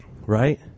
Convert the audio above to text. right